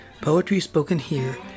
PoetrySpokenHere